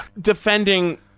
defending